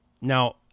now